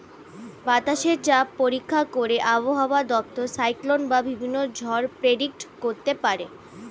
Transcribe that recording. বাতাসে চাপ পরীক্ষা করে আবহাওয়া দপ্তর সাইক্লোন বা বিভিন্ন ঝড় প্রেডিক্ট করতে পারে